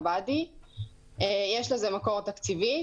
יש לזה מקור תקציבי.